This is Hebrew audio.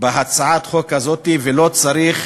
בהצעת החוק הזו, ולא צריך